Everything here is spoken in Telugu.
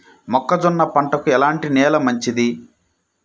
మొక్క జొన్న పంటకు ఎలాంటి నేల మంచిది?